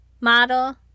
model